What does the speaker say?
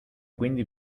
quindi